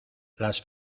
las